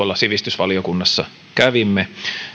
sivistysvaliokunnassa kävimme